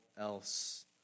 else